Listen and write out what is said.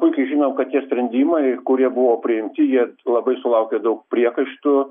puikiai žinau kad tie sprendimai kurie buvo priimti jie labai sulaukė daug priekaištų